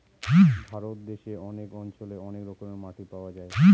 ভারত দেশে অনেক অঞ্চলে অনেক রকমের মাটি পাওয়া যায়